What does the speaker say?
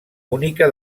única